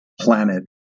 planet